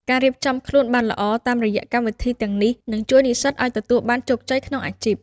ការរៀបចំខ្លួនបានល្អតាមរយៈកម្មវិធីទាំងនេះ នឹងជួយនិស្សិតឱ្យទទួលបានជោគជ័យក្នុងអាជីព។